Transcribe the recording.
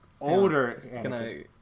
older